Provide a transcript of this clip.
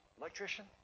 electrician